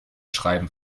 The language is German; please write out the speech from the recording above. schreiben